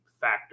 factor